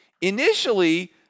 initially